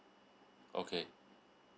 okay